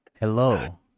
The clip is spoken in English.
Hello